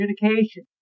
communication